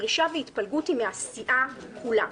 הפרישה וההתפלגות היא מהסיעה כולה.